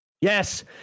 Yes